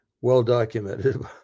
well-documented